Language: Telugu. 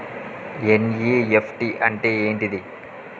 ఎన్.ఇ.ఎఫ్.టి అంటే ఏంటిది?